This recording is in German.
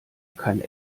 kein